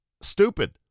stupid